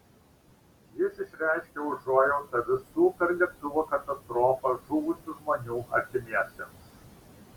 jis išreiškė užuojautą visų per lėktuvo katastrofą žuvusių žmonių artimiesiems